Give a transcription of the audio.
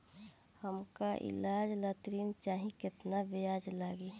हमका ईलाज ला ऋण चाही केतना ब्याज लागी?